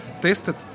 tested